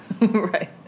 Right